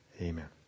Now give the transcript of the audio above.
Amen